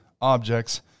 objects